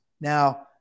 Now